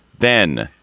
then,